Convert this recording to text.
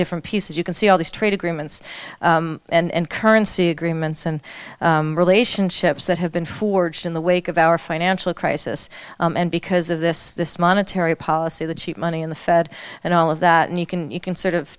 different pieces you can see all these trade agreements and currency agreements and relationships that have been forged in the wake of our financial crisis and because of this monetary policy the cheap money in the fed and all of that and you can you can sort of